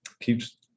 keeps